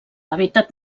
hàbitat